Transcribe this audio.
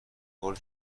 هول